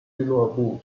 俱乐部